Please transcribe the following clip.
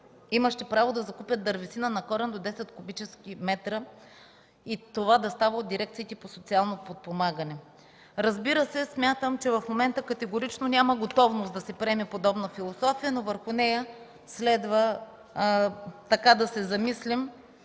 имащи право да закупят дървесина на корен до 10 кубически метра и това да става от дирекциите по социално подпомагане. Разбира се, смятам, че в момента категорично няма готовност да се приеме подобна философия, но върху нея следва да се замислим